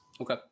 Okay